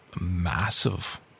massive